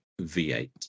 V8